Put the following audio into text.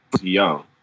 young